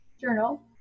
journal